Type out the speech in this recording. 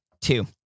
two